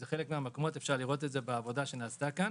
בחלק מהמקומות אפשר לראות את זה בעבודה שנעשתה כאן